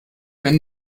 wenn